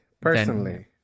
personally